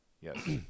yes